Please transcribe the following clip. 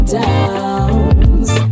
downs